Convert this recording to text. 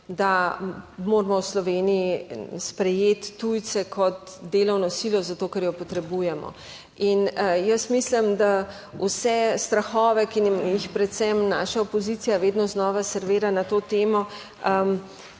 da moramo v Sloveniji sprejeti tujce kot delovno silo, zato ker jo potrebujemo. In jaz mislim, da vse strahove, ki jih predvsem naša opozicija vedno znova servira na to temo